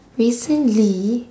recently